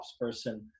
person